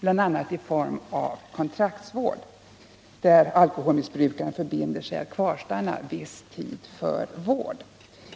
bl.a. i form av kontraktsvård, där alkoholmissbrukaren förbinder sig att kvarstanna viss tid för vård.